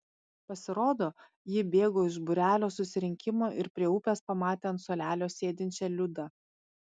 pasirodo ji bėgo iš būrelio susirinkimo ir prie upės pamatė ant suolelio sėdinčią liudą